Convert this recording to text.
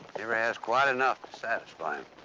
never has quite enough to satisfy him.